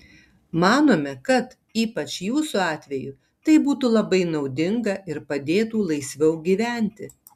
manome kad ypač jūsų atveju tai būtų labai naudinga ir padėtų laisviau gyventi